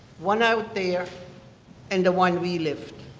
one out there and the one we lived.